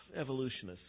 evolutionists